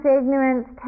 ignorance